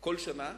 כל שנה